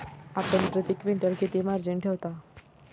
आपण प्रती क्विंटल किती मार्जिन ठेवता?